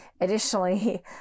Additionally